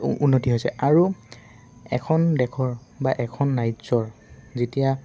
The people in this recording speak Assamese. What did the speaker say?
উন্নতি হৈছে আৰু এখন দেশৰ বা এখন ৰাজ্যৰ যেতিয়া